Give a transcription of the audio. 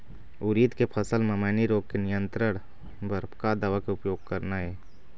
उरीद के फसल म मैनी रोग के नियंत्रण बर का दवा के उपयोग करना ये?